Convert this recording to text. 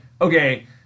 okay